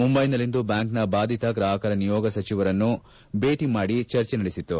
ಮುಂಬೈನಲ್ಲಿಂದು ಬ್ಲಾಂಕಿನ ಬಾಧಿತ ಗ್ರಾಪಕರ ನಿಯೋಗ ಸಚಿವರನ್ನು ಭೇಟಿ ಮಾಡಿ ಚರ್ಚೆ ನಡೆಸಿತು